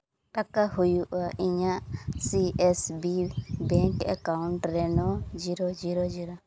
ᱴᱟᱠᱟ ᱦᱩᱭᱩᱜᱼᱟ ᱤᱧᱟᱹᱜ C S B bank account ᱨᱮ ᱱᱚ ᱡᱤᱨᱳ ᱡᱤᱨᱳ ᱡᱤᱨᱳ